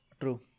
True